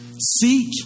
Seek